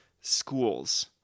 schools